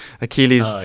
Achilles